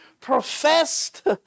professed